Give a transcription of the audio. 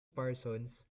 parsons